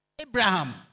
Abraham